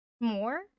more